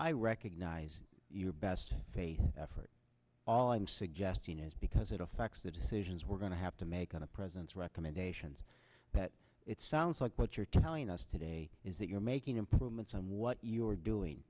i recognize your best effort all i'm suggesting is because it affects the decisions we're going to have to make on the president's recommendations that it sounds like what you're telling us today is that you're making improvements and what you're doing